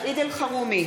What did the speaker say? סעיד אלחרומי,